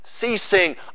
ceasing